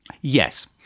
Yes